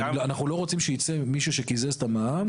אנחנו לא רוצים שיצא מישהו שקיזז את המע"מ,